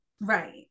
Right